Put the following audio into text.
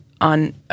on